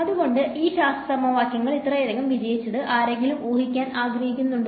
എന്തുകൊണ്ടാണ് ഈ സമവാക്യങ്ങൾ ഇത്രയധികം വിജയിച്ചത് ആരെങ്കിലും ഊഹിക്കാൻ ആഗ്രഹിക്കുന്നുണ്ടോ